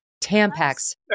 Tampax